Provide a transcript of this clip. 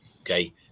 Okay